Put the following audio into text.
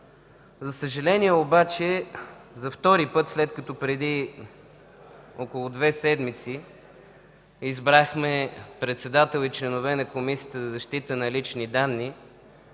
За съжаление обаче за втори път, след като преди около две седмици избрахме председател и членове на Комисията за защита на личните данни,